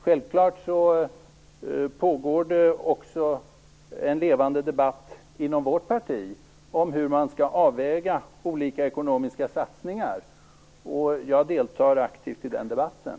Självklart pågår det en levande debatt också inom vårt parti om hur man skall avväga olika ekonomiska satsningar, och jag deltar aktivt i den debatten.